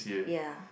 ya